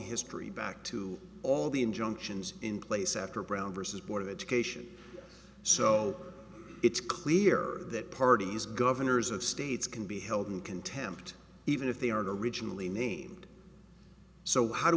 history back to all the injunctions in place after brown versus board of education so it's clear that parties governors of states can be held in contempt even if they are originally named so how do